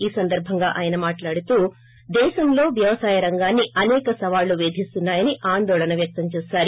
ఈ సందర్భంగా ఆయన మాట్లాడుతూ దేశంలో వ్యవసాయ రంగాన్ని అసేక సవాళ్లు పేధిస్తున్నాయని ఆందోళన వ్యక్తం చేశారు